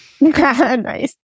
Nice